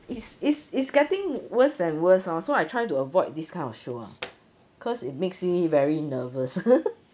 is is is getting worse and worse orh so I try to avoid this kind of show ah cause it makes me very nervous